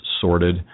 sorted